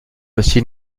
aussi